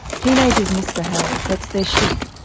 teenagers misbehave, that's their schtick,